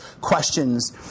questions